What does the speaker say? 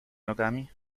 nogami